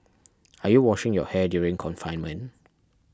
are you washing your hair during confinement